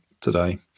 today